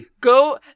Go